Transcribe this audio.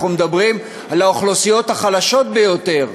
אנחנו מדברים על האוכלוסיות החלשות ביותר.